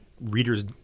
readers